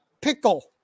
pickle